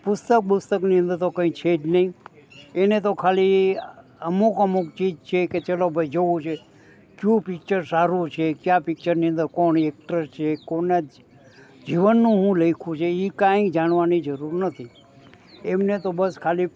પુસ્તક બુસ્તકની અંદર તો કંઇ છે જ નહીં એને તો ખાલી અમુક અમુક ચીજ છે કે ચલો ભાઈ જોવું છે કયું પિક્ચર સારું છે કયા પિક્ચરની અંદર કોણ એક્ટર છે કોના જીવનનું શું લખ્યું છે એ કાંઇ જાણવાની જરૂર નથી એમને તો બસ ખાલી